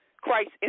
Christ